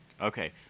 Okay